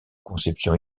conception